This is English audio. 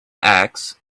axe